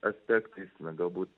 aspektais na galbūt